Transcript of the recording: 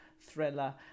thriller